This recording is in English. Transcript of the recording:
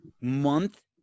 month